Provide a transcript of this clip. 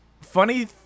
funny